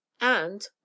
And